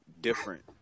different